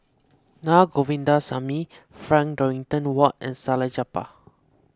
Naa Govindasamy Frank Dorrington Ward and Salleh Japar